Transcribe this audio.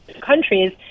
countries